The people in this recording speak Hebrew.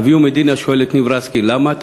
אביהו מדינה שואל את ניב רסקין: למה אתה